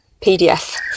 PDF